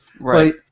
Right